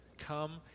Come